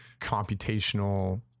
computational